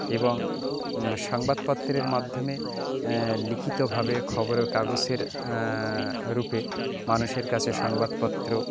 এবং সাংবাদপত্রের মাধ্যমে লিখিতভাবে খবরে কাগজের রুপে মানুষের কাছে সাংবাদপত্র